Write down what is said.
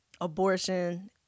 abortion